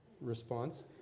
response